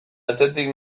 atzetik